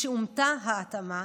משאומתה ההתאמה,